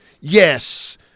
yes